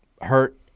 hurt